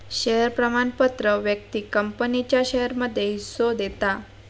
share प्रमाणपत्र व्यक्तिक कंपनीच्या शेयरमध्ये हिस्सो देता